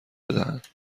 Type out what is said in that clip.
بدهند